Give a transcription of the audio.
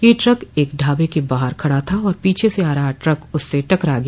यह ट्रक एक ढाबे के बाहर खड़ा था और पीछे से आ रहा ट्रक उससे टकरा गया